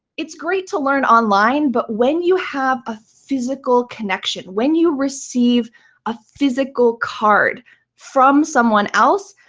it's great to learn online, but when you have a physical connection, when you receive a physical card from someone else,